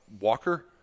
Walker